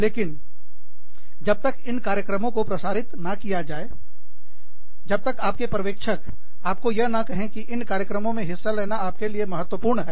लेकिन जब तक इन कार्यक्रमों प्रसारित न किया जाएजब तक आपके पर्यवेक्षक आपको यह ना कहें कि इन कार्यक्रमों में हिस्सा लेना आपके लिए महत्वपूर्ण है